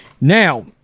now